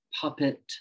puppet